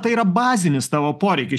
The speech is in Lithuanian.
tai yra bazinis tavo poreikis